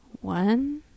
one